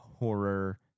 horror